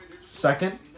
Second